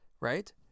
Right